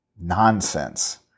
Nonsense